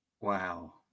Wow